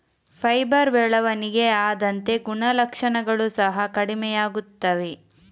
fibre ಬೆಳವಣಿಗೆ ಆದಂತೆ ಗುಣಲಕ್ಷಣಗಳು ಸಹ ಕಡಿಮೆಯಾಗುತ್ತವೆ